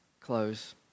close